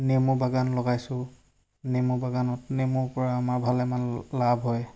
নেমু বাগান লগাইছোঁ নেমু বাগানত নেমুৰ পৰা আমাৰ ভালেমান লাভ হয়